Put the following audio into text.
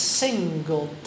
single